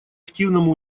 активному